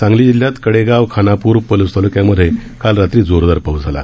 सांगली जिल्ह्यात कडेगांव खानापर पलुस तालुक्यांमधे काल रात्री जोरदार पाऊस झाला